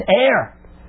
air